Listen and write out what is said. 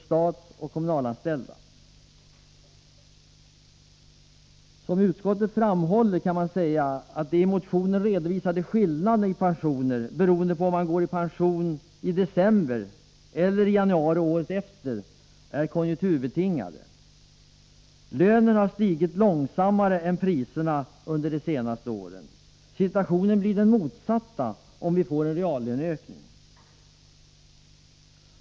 Som utskottet framhåller kan man säga att de i motionen redovisade skillnaderna i pensionsförmånerna beroende på om man går i pension i december eller i januari året efter är konjunkturbetingade. Lönerna har stigit långsammare än priserna under de senaste åren. Situationen blir den motsatta om vi får en reallöneökning.